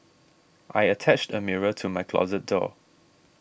I attached a mirror to my closet door